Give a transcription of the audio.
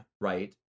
right